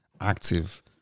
active